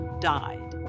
died